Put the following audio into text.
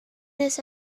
this